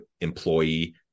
employee